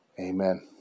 amen